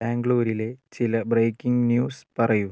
ബാംഗ്ലൂരിലെ ചില breaking news പറയൂ